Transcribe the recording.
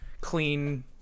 clean